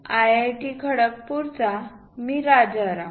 IIT खडगपूरचा मी राजाराम